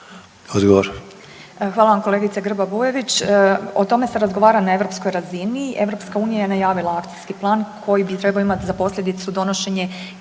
Hvala vam kolegice Grba-Bujević. O tome se razgovara na europskoj razini. Europska unija je najavila akcijski plan koji bi trebao imati za posljedicu donošenje